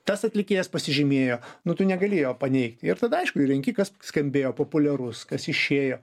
tas atlikėjas pasižymėjo nu tu negali jo paneigti ir tada aišku renki kas skambėjo populiarus kas išėjo